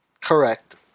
correct